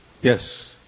Yes